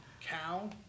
cow